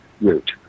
route